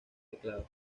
teclados